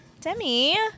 Demi